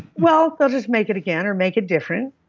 well, they'll just make it again or make it different.